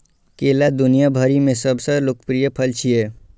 केला दुनिया भरि मे सबसं लोकप्रिय फल छियै